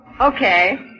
Okay